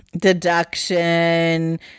deduction